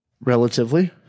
relatively